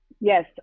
Yes